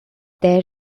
there